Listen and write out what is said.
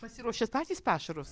pasiruošiat patys pašarus